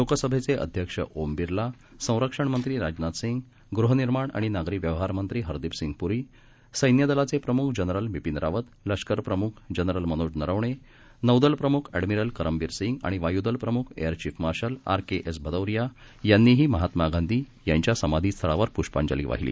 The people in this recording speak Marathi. लोकसभेचेअध्यक्षओमबिर्ला संरक्षणमंत्रीराजनाथसिंग गृहनिर्माणआणिनागरीव्यवहारमंत्रीहरदीपसिंगपुरी सैन्यदलाचेप्रमुखजनरलबिपीनरावत लष्करप्रमुखजनरलमनोजनरवणे नौदलप्रमुखऍडमिरलकरमबीरसिंगआणिवायुदलप्रमुखएअरचीफमार्शलआरकेएसभदौरियायांनीहीमहात्मागांधीयांच्यासमाधीस्थळावरपुष्पां जलीवाहिली